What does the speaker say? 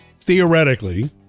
theoretically